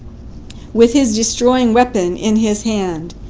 with his destroying weapon in his hand.